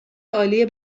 عالی